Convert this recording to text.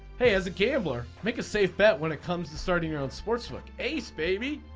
hey as a gambler make a safe bet when it comes to starting your own sportsbook ace baby.